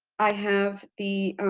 i have the